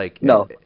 No